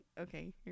Okay